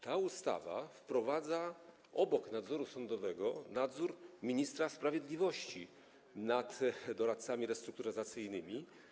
Ta ustawa wprowadza obok nadzoru sądowego nadzór ministra sprawiedliwości nad doradcami restrukturyzacyjnymi.